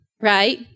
Right